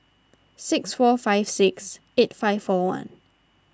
six four five six eight five four one